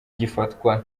gifatwa